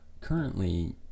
currently